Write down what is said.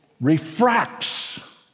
refracts